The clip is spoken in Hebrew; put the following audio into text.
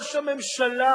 לראש הממשלה,